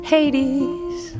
Hades